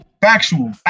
Factual